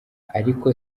ariko